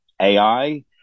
AI